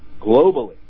globally